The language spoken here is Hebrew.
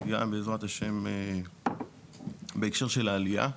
וגם בעזרת השם בהקשר של העלייה.